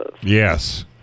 Yes